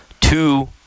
two